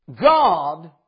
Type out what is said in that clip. God